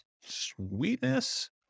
Sweetness